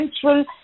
central